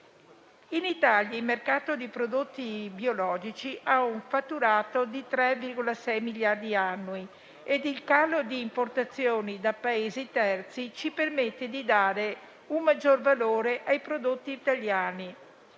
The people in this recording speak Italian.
In Italia il mercato di prodotti biologici ha un fatturato di 3,6 miliardi annui e il calo di importazioni da Paesi terzi ci permette di dare un maggior valore ai prodotti italiani,